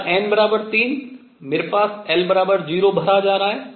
या n 3 मेरे पास l 0 भरा जा रहा है